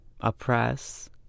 oppress